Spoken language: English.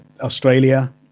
Australia